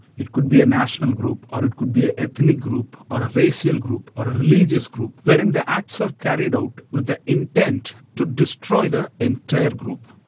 it could be a national group or it could be a ethnic group or a racial group or a religious group wherein the acts are carried out with the intent to destroy the entire group